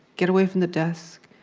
get away from the desk.